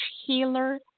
healer